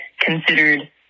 considered